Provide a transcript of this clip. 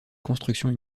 construction